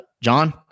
John